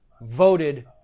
voted